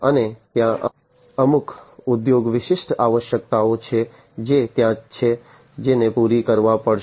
અને ત્યાં અમુક ઉદ્યોગ વિશિષ્ટ આવશ્યકતાઓ છે જે ત્યાં છે જેને પૂરી કરવી પડશે